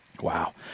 wow